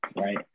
right